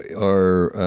are